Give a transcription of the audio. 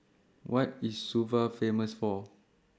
What IS Suva Famous For